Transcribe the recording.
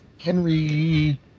Henry